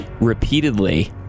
repeatedly